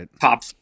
top